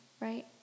right